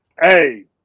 Hey